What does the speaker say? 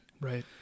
Right